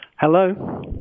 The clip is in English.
Hello